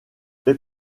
fait